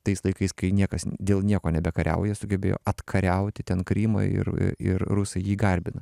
tais laikais kai niekas dėl nieko nebekariauja sugebėjo atkariauti ten krymą ir ir rusai jį garbina